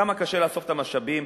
כמה קשה לאסוף את המשאבים,